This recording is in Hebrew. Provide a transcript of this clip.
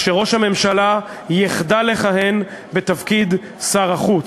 שראש הממשלה יחדל לכהן בתפקיד שר החוץ.